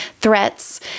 threats